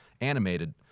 animated